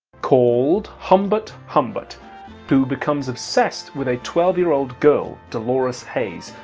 called humbert humbert who becomes obsessed with a twelve year old girl, dolores haze,